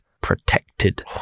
protected